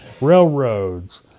railroads